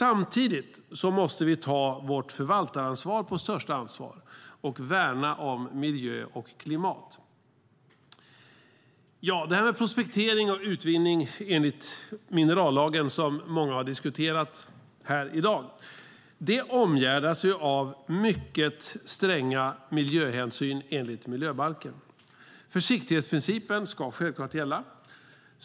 Samtidigt måste vi ta vårt förvaltaransvar på största allvar och värna om miljö och klimat. Prospektering och utvinning enligt minerallagen, som många har diskuterat här i dag, omgärdas av mycket stränga miljöhänsyn enligt miljöbalken. Försiktighetsprincipen ska självfallet gälla.